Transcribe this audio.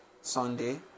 Sunday